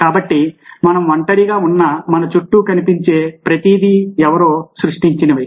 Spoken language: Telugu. కాబట్టి మనం ఒంటరిగా ఉన్నా మన చుట్టూ కనిపించే ప్రతిదీ ఎవరో సృష్టించినవే